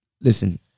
listen